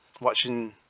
watching